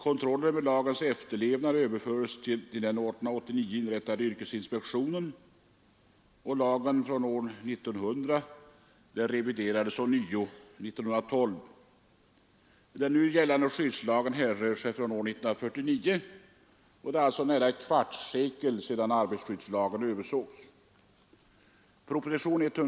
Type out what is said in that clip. Kontrollen över lagens efterlevnad överfördes till den år 1889 inrättade yrkesinspektionen. Lagen från år 1900 reviderades 1912. Den nu gällande skyddslagen härrör sig från år 1949. Det är alltså nära ett kvartssekel sedan arbetarskyddslagen översågs.